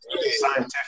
scientific